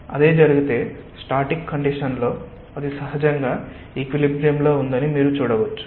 అదే జరిగితే static condition లో అది సహజంగా ఈక్విలిబ్రియమ్ లో ఉందని మీరు చూడవచ్చు